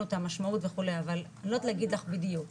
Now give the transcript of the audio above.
את המשמעות וכו' אבל אני לא יודעת להגיד לך בדיוק.